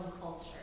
culture